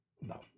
no